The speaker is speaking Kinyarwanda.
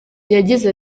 yagize